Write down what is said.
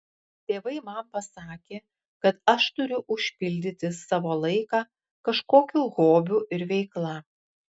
tėvai man pasakė kad aš turiu užpildyti savo laiką kažkokiu hobiu ir veikla